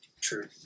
True